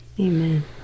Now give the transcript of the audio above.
Amen